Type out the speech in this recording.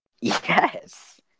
Yes